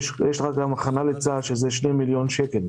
הכנה לצה"ל בסכום של 2 מיליון שקלים.